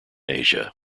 asia